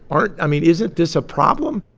aren't i mean, isn't this a problem?